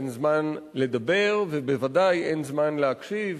אין זמן לדבר ובוודאי אין זמן להקשיב.